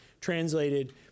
translated